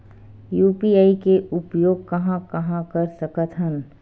UPI के उपयोग कहां कहा कर सकत हन?